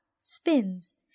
spins